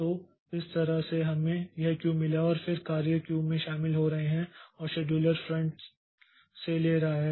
तो इस तरह से हमें यह क्यू मिला है और फिर कार्य क्यू में शामिल हो रहे हैं और शेड्यूलर फ्रंट से ले रहा है